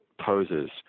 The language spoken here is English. poses